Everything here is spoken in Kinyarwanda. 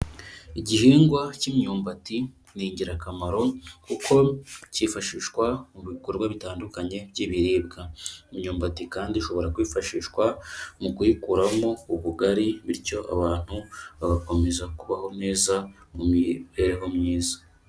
Igihingwa cy'imyumbati ni ingirakamaro kuko cyifashishwa mu bikorwa bitandukanye by'ibiribwa, imyumbati kandi ishobora kwifashishwa mu kuyikuramo ubugari bityo abantu bagakomeza kubaho neza mu mibereho myiza.